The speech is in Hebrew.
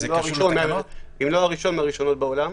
אם לא הראשון מהראשונות בעולם.